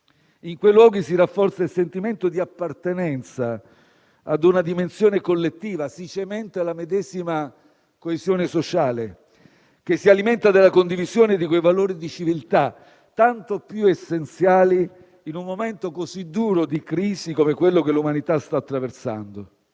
In quei luoghi si rafforza il sentimento di appartenenza ad una dimensione collettiva, si cementa la medesima coesione sociale che si alimenta della condivisione di quei valori di civiltà tanto più essenziali in un momento così duro di crisi come quello che l'umanità sta attraversando.